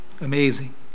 amazing